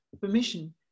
permission